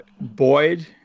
Boyd